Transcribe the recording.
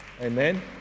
Amen